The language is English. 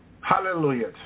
hallelujah